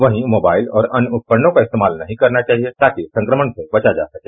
वहीं मोबाइल और अन्य उपकरणों का इस्तेमाल नहीं करना चाहिए ताकि संक्रमण से बचा जा सके